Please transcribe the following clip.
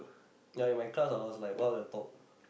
ya in my class I was like one of the top